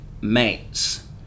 Mates